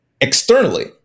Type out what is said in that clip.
externally